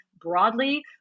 broadly